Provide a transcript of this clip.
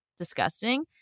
Disgusting